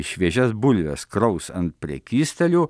šviežias bulves kraus ant prekystalių